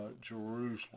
Jerusalem